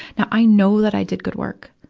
now, i know that i did good work.